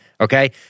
okay